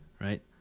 right